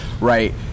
right